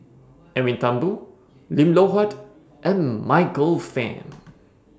Edwin Thumboo Lim Loh Huat and Michael Fam